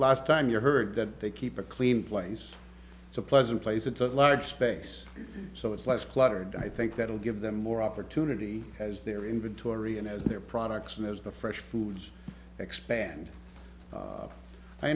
last time you heard that they keep a clean place it's a pleasant place it's a large space so it's less cluttered i think that will give them more opportunity as their inventory and as their products and as the fresh foods expand